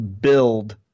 build